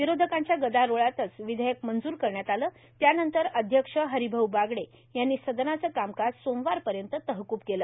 विरोधकांच्या गदारोळातच विधेयक मंजूर करण्यात आलं त्यानंतर अध्यक्ष हरिभाऊ बागडे यांनी सदनाचं कामकाज सोमवारपर्यंत तहकूब केलं